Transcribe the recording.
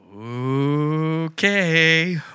Okay